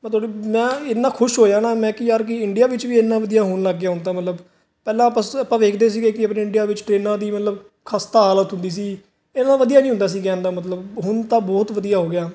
ਮੈਂ ਇਨਾ ਖੁਸ਼ ਹੋ ਜਾਣਾ ਮੈਂ ਕਿ ਯਾਰ ਕਿ ਇੰਡੀਆ ਵਿੱਚ ਵੀ ਇਨਾ ਵਧੀਆ ਹੋਣ ਲੱਗ ਗਿਆ ਹੁਣ ਤਾਂ ਮਤਲਬ ਪਹਿਲਾਂ ਆਪਾਂ ਵੇਖਦੇ ਸੀ ਕਿ ਆਪਣੀ ਇੰਡੀਆ ਵਿੱਚ ਟ੍ਰੇਨਾਂ ਦੀ ਮਤਲਬ ਖਸਤਾ ਹਾਲਤ ਹੁੰਦੀ ਸੀ ਇਹਨਾਂ ਵਧੀਆ ਨਹੀਂ ਹੁੰਦਾ ਸੀ ਕਹਿਣ ਦਾ ਮਤਲਬ ਹੁਣ ਤਾਂ ਬਹੁਤ ਵਧੀਆ